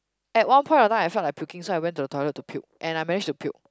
at one point of time I felt like puking so I went to the toilet to puke and I manage to puke